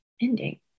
ending